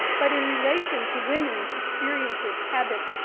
but in relation to women's experiences, habits,